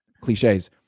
cliches